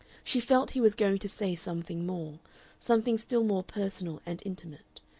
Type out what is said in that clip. she felt he was going to say something more something still more personal and intimate.